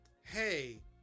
hey